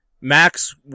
Max